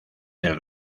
del